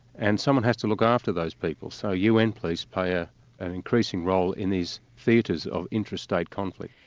and someone has to look after those people, so un police pay ah an increasing role in these theatres of intrastate conflict.